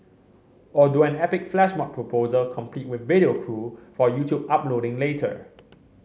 or do an epic flash mob proposal complete with video crew for YouTube uploading later